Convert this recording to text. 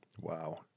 Wow